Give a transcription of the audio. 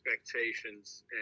expectations